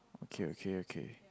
okay okay okay